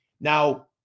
Now